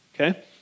okay